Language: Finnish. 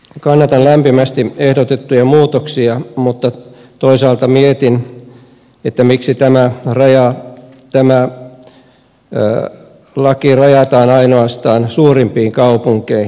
kannatan lämpimästi ehdotettuja muutoksia mutta toisaalta mietin miksi tämä laki rajataan ainoastaan suurimpiin kaupunkeihin